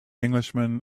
englishman